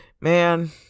man